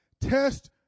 test